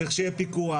צריך שיהיה פיקוח,